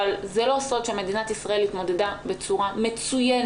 אבל זה לא סוד שמדינת ישראל התמודדה בצורה מצוינת